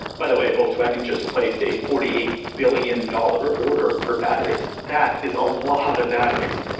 by the way, volkswagen just placed a forty eight billion dollar order for batteries. that is a lot of batteries.